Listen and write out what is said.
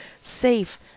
safe